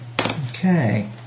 Okay